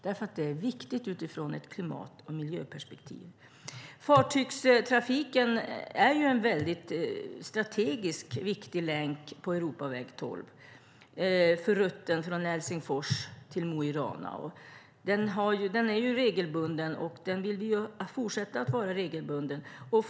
Det är nämligen viktigt utifrån ett klimat och miljöperspektiv. Fartygstrafiken är en strategiskt viktig länk på Europaväg 12 för rutten från Helsingfors till Mo i Rana. Den är regelbunden, och det vill vi att den ska fortsätta vara.